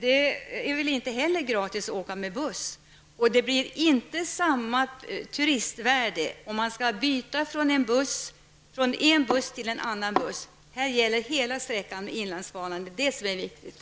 Det är väl inte gratis att åka med buss heller? Det blir inte samma turistvärde om man skall byta från en buss till en annan. Man vill åka hela sträckan med inlandsbanan. Det är det som är viktigt.